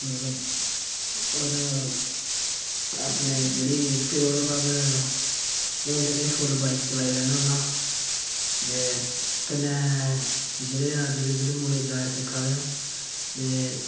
मतलब होर अपने जेह्ड़ी फिर ओह्दा बाद हून ते में फुल्ल बाईक चलाई लैन्ना होन्ना ते कन्नै जेह्ड़े अज्ज दे जेह्ड़े मुड़े जाच सिक्खा दे न ते